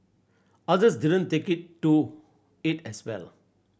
others didn't take to it as well